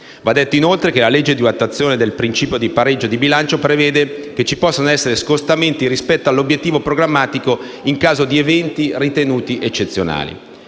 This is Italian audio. Va detto, inoltre, che la legge di attuazione del principio del pareggio di bilancio prevede che ci possano essere scostamenti rispetto all'obiettivo programmatico in caso di eventi ritenuti eccezionali.